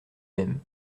même